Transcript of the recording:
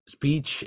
speech